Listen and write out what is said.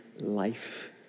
life